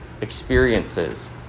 experiences